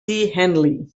henley